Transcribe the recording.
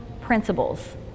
principles